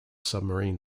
submarine